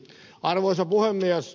arvoisa puhemies